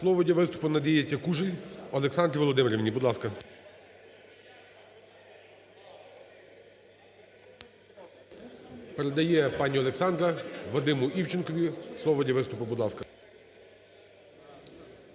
Слово для виступу надається Кужель Олександрі Володимирівні. Будь ласка. Передає пані Олександра Вадиму Івченкові слово для виступу. Будь ласка.